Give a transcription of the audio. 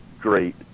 great